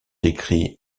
décrit